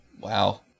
Wow